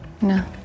No